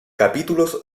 capítulos